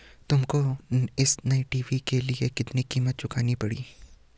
तुमको इस नए टी.वी के लिए कितनी कीमत चुकानी पड़ी?